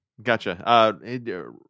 gotcha